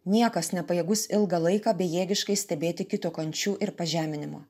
niekas nepajėgus ilgą laiką bejėgiškai stebėti kito kančių ir pažeminimo